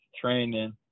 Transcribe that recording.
training